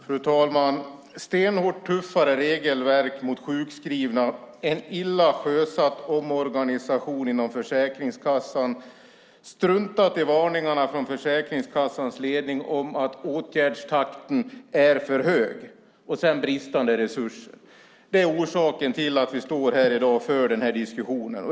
Fru talman! Ett stenhårt och tuffare regelverk mot sjukskrivna och en illa sjösatt omorganisation inom Försäkringskassan, att man har struntat i varningarna från Försäkringskassans ledning om att åtgärdstakten är för hög och bristande resurser är orsaken till att vi står här i dag och för denna diskussion.